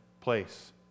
place